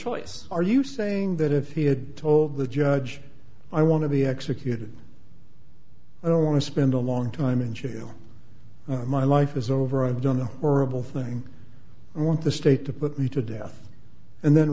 choice are you saying that if he had told the judge i want to be executed i don't want to spend a long time in jail my life is over i've done the horrible thing i want the state to put me to death and then